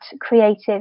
creative